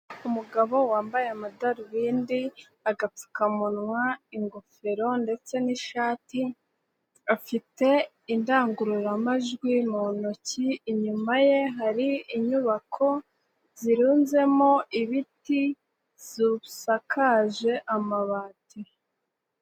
Umugabo wambaye amadarubindi, agapfukamunwa, ingofero ndetse n'ishati, afite indangururamajwi mu ntoki inyuma ye hari inyubako zirunzemo ibiti zisakaje amabati.